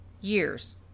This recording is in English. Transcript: years